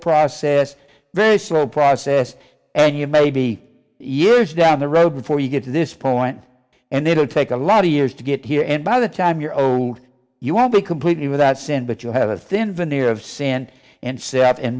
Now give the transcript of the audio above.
process very slow process and you maybe years down the road before you get to this point and it will take a lot of years to get here and by the time you're owed you will be completely without sin but you have a thin veneer of sand and set up and